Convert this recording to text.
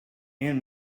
and